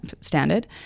standard